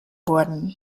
wurden